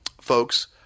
folks